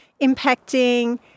impacting